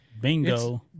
Bingo